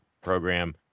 program